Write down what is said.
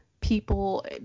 people